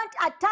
attack